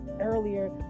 earlier